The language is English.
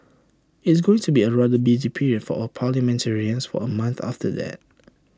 it's going to be A rather busy period for all parliamentarians for A month after that